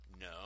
No